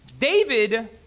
David